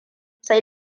sai